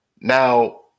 Now